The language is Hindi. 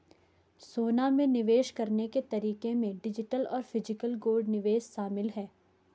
सोना में निवेश करने के तरीके में डिजिटल और फिजिकल गोल्ड निवेश शामिल है